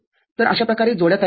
तरअशा प्रकारे जोड्या तयार होतात